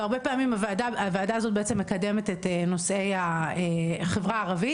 והרבה פעמים הוועדה הזאת בעצם מקדמת את נושאי החברה הערבית.